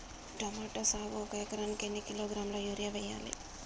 Tomato సాగుకు ఒక ఎకరానికి ఎన్ని కిలోగ్రాముల యూరియా వెయ్యాలి?